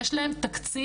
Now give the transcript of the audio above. יש להם תקציב,